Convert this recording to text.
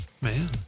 man